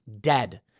dead